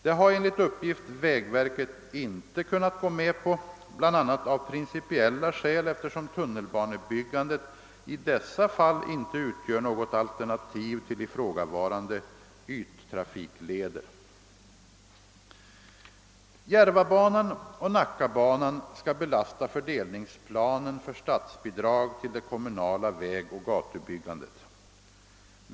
Det har enligt uppgift vägverket inte kunnat gå med på, bl.a. av principiella skäl eftersom tunnelbanebyggandet i dessa fall inte utgör något alternativ till ifrågavarande yttrafikleder. Järvabanan och Nackabanan skall belasta fördelningsplanen för statsbidrag till det kommunala vägoch gatubyggandet.